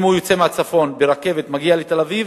אם הוא יוצא מהצפון ברכבת, מגיע לתל-אביב,